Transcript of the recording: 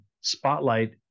spotlight